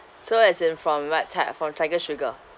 so as in from what type from tiger sugar